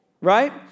right